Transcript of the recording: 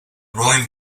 rowing